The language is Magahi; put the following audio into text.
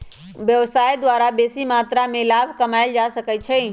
व्यवसाय द्वारा बेशी मत्रा में लाभ कमायल जा सकइ छै